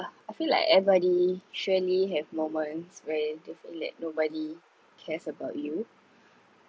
I feel like everybody surely have moments where they feel that nobody cares about you